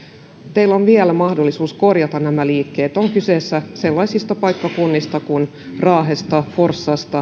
teillä on vielä mahdollisuus korjata nämä liikkeet on kyse sellaisista paikkakunnista kuin raahe forssa